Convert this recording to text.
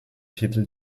titel